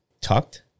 tucked